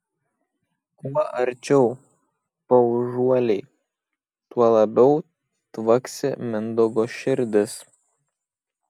kuo arčiau paužuoliai tuo labiau tvaksi mindaugo širdis